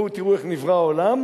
בואו תראו איך נברא העולם,